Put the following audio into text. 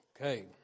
okay